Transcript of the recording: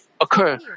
occur